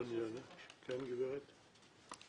כן, גברת.